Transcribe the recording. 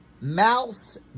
mouse